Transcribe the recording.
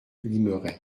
limeray